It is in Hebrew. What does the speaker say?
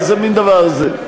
איזה מין דבר זה?